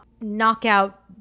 knockout